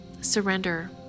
surrender